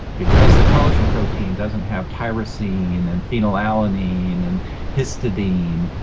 because the collagen protein doesn't have tyrosine and and phenylalanine and histidine,